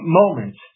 moment